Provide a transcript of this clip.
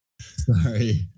Sorry